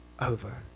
over